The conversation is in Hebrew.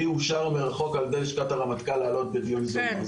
לי אושר מרחוק על ידי לשכת הרמטכ"ל לעלות בדיון זום.